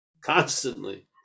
constantly